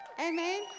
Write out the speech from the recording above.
Amen